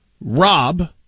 Rob